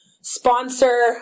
sponsor